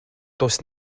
does